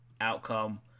outcome